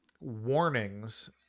warnings